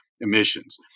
emissions